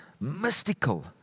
mystical